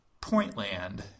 Pointland